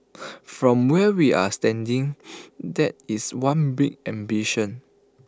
from where we're standing that is one big ambition